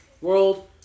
world